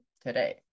today